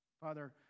Father